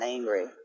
angry